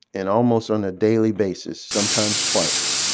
and almost on a daily basis, sometimes twice,